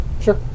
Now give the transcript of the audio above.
Sure